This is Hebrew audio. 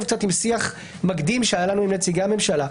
עם שיח מקדים שהיה לנו עם נציגי הממשלה.